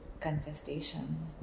contestation